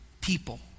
people